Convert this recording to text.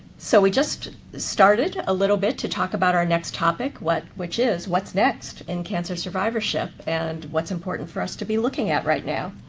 so we just started a little bit to talk about our next topic, what, which is, what's next in cancer survivorship, and what's important for us to be looking at right now?